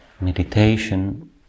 meditation